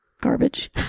garbage